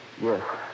Yes